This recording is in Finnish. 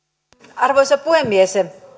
arvoisa puhemies